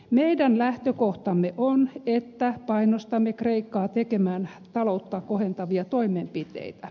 meidän lähtökohtamme on se että painostamme kreikkaa tekemään taloutta kohentavia toimenpiteitä